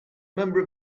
member